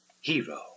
hero